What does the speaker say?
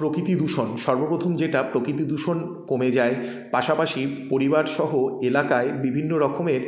প্রকৃতি দূষণ সর্বপ্রথম যেটা প্রকৃতি দূষণ কমে যায় পাশাপাশি পরিবার সহ এলাকায় বিভিন্ন রকমের